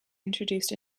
introduced